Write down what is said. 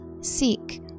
seek